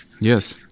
yes